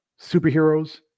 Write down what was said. superheroes